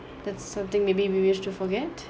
that's something maybe we wished to forget